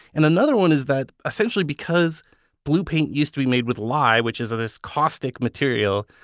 and another one is that essentially because blue paint used to be made with lye, which is this caustic material,